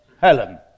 Helen